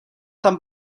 tam